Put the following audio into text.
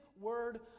word